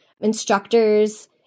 instructors